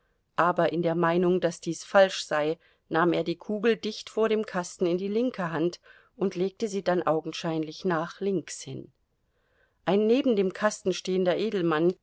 aber in der meinung daß dies falsch sei nahm er die kugel dicht vor dem kasten in die linke hand und legte sie dann augenscheinlich nach links hin ein neben dem kasten stehender edelmann